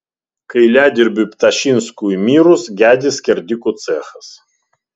kailiadirbiui ptašinskui mirus gedi skerdikų cechas